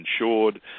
insured